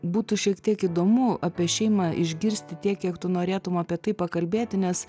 būtų šiek tiek įdomu apie šeimą išgirsti tiek kiek tu norėtum apie tai pakalbėti nes